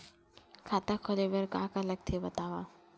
खाता खोले बार का का लगथे बतावव?